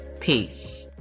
Peace